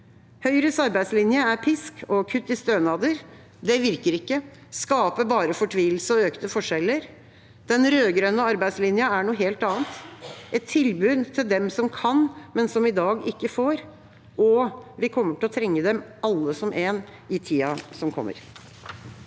Høyres arbeidslinje er pisk og kutt i stønader. Det virker ikke, det skaper bare fortvilelse og økte forskjeller. Den rød-grønne arbeidslinja er noe helt annet, et tilbud til dem som kan, men som i dag ikke får. Vi kommer til å trenge dem alle som en i tida som kommer.